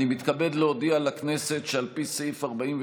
אני מתכבד להודיע לכנסת שעל פי סעיף 43